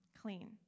clean